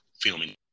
filming